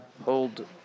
hold